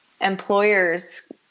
employers